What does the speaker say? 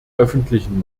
öffentlichen